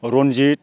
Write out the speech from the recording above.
Ranjit